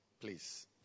Please